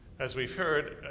as we've heard,